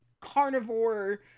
carnivore